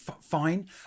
fine